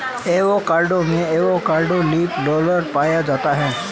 avocado में avocado leaf roller पाया जाता है